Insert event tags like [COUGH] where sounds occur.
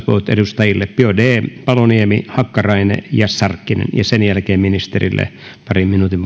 edustajille biaudet paloniemi hakkarainen ja sarkkinen ja sen jälkeen ministerille parin minuutin [UNINTELLIGIBLE]